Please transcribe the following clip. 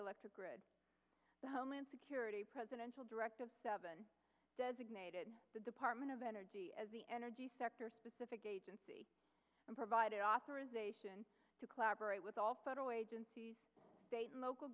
electric grid the homeland security presidential directive seven designated the department of energy as the energy sector specific agency and provide authorization to collaborate with all federal state and local